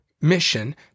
mission